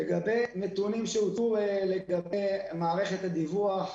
לגבי נתונים לגבי מערכת הדיווח,